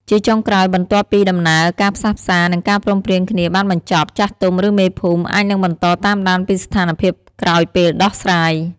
ជាចុងក្រោយ បន្ទាប់ពីដំណើរការផ្សះផ្សា និងការព្រមព្រៀងគ្នាបានបញ្ចប់ ចាស់ទុំ ឬមេភូមិ អាចនឹងបន្តតាមដានពីស្ថានភាពក្រោយពេលដោះស្រាយ។